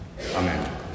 Amen